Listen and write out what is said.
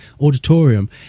auditorium